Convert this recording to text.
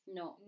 no